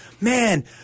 Man